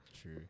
True